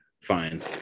fine